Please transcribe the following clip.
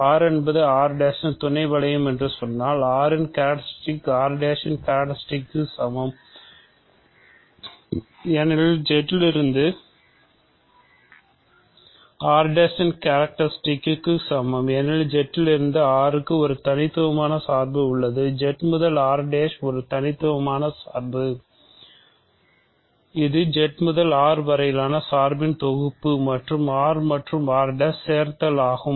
R என்பது R யின் துணை வளையம் என்று சொன்னால் R இன் கேரக்ட்ரிஸ்டிக் ஆகும்